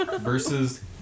versus